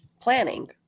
planning